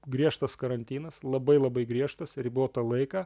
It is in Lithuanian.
griežtas karantinas labai labai griežtas ribotą laiką